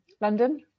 London